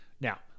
Now